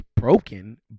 broken